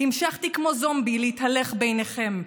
המשכתי כמו זומבי להתהלך ביניכם כבוגרת,